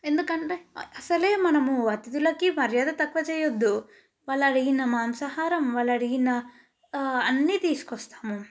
ఎందుకంటే అసలు మనము అతిథులకి మర్యాద తక్కువ చేయద్దు వాళ్ళు అడిగిన మాంసాహారం వాళ్ళు అడిగిన అన్నీ తీసుకొస్తాము